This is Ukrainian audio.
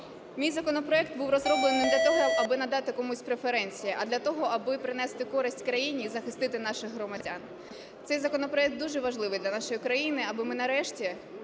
Мій законопроект був розроблений не для того, аби надати комусь преференції, а для того, аби принести користь країні і захистити наших громадян. Цей законопроект дуже важливий для нашої країни, аби ми, нарешті,